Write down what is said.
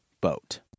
boat